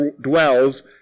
dwells